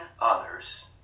others